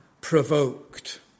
provoked